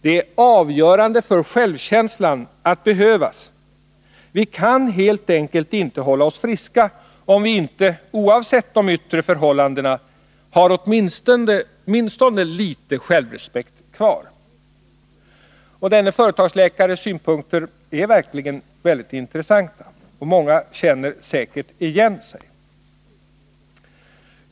Det är avgörande för självkänslan att behövas. Vi kan helt enkelt inte hålla oss friska om vi inte — oavsett de yttre förhållandena — har åtminstone lite självrespekt kvar.” Denne företagsläkares synpunkter är verkligen mycket intressanta. Många känner säkert igen sig.